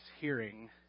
hearing